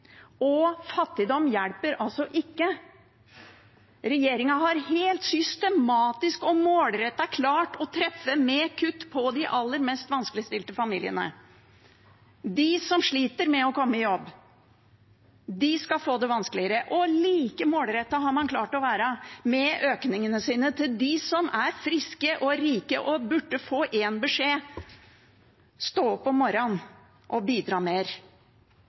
Og fattigdom hjelper altså ikke. Regjeringen har helt systematisk og målrettet klart å treffe med kutt for de aller mest vanskeligstilte familiene. De som sliter med å komme i jobb, skal få det vanskeligere. Like målrettet har man vært med økningene til dem som er friske og rike, og som burde få én beskjed: Stå opp om morgenen og bidra mer!